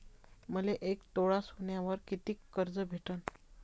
मले एक तोळा सोन्यावर कितीक कर्ज भेटन?